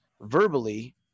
verbally